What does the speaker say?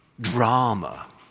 drama